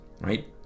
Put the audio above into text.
right